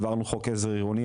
העברנו חוק עזר עירוני,